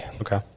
Okay